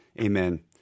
amen